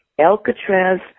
Alcatraz